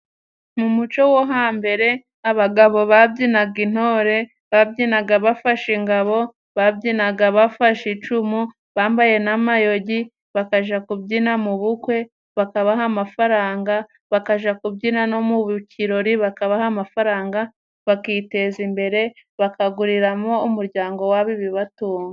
Mu muco wo hambere abagabo babyinaga intore, babyinaga bafashe ingabo, babyinaga bafashe icumu, bambaye n'amayogi, bakaja kubyina mu bukwe bakabaha amafaranga, bakaja kubyina no mu kirori bakabaha amafaranga bakiteza imbere, bakaguriramo umuryango wabo ibibatunga.